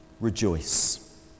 rejoice